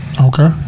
Okay